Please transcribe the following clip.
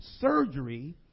surgery